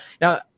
Now